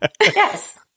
Yes